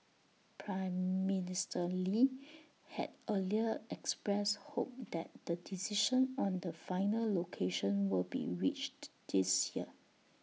Prime Minister lee had earlier expressed hope that the decision on the final location will be reached this year